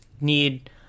need